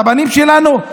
את הבנים שלנו,